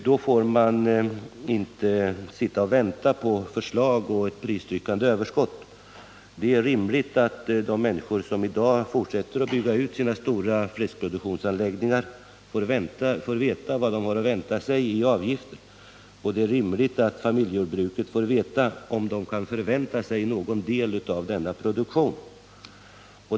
Då får man inte sitta och vänta på förslag eller ett pristryckande överskott. Det är rimligt att de 153 människor som i dag fortsätter att bygga ut sina stora fläskproduktionsanläggningar får veta vad de har att vänta sig i fråga om avgifter. Det är också rimligt att familjejordbrukarna får veta om de kan förvänta sig någon del av denna produktion.